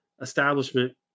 establishment